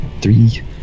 Three